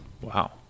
Wow